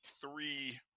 three